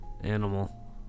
Animal